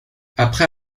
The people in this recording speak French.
après